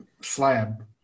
slab